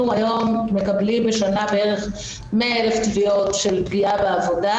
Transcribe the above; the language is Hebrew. אנחנו מקבלים בשנה בערך 100,000 תביעות על פגיעה בעבודה,